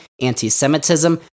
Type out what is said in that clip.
anti-Semitism